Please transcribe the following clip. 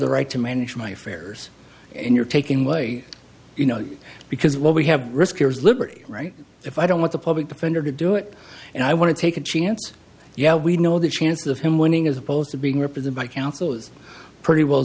the right to manage my fares and you're taking way you know because what we have risk here is liberty right if i don't want the public defender to do it and i want to take a chance yeah we know the chances of him winning as opposed to being represented by counsel is pretty well